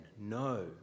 no